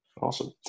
awesome